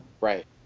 Right